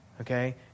Okay